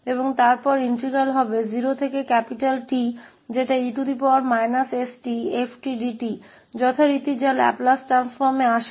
और फिर इंटीग्रल 0 से कैपिटल Te stfdt सामान्य तक होगा जो लाप्लास ट्रांसफॉर्म में आता है